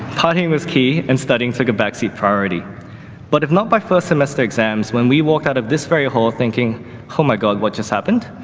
partying was key and studying took a backseat priority but if not by first semester exams when we walk out of this very hall thinking oh my god what just happened,